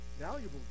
valuable